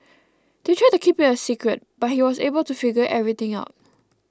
they tried to keep it a secret but he was able to figure everything out